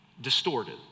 distorted